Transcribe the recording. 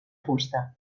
fusta